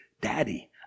Daddy